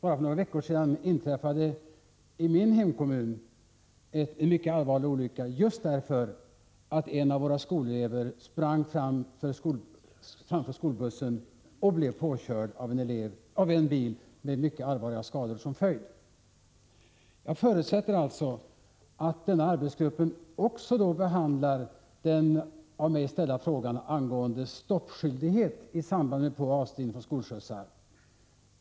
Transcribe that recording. Bara för några veckor sedan inträffade i min hemkommun en mycket allvarlig olycka just därför att en av våra skolelever sprang ut på vägen framför skolbussen och blev påkörd av en bil, med mycket allvarliga skador som följd. Jag förutsätter att arbetsgruppen också behandlar den av mig aktualiserade frågan angående stoppskyldighet i samband med påoch avstigning av skolskjutsar.